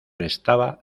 prestaba